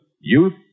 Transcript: youth